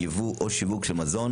ייבוא או שיווק של מזון,